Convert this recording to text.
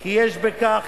כי יש בכך